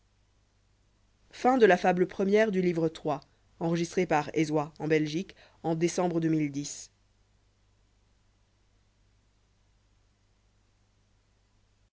de la fable livre de